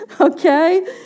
okay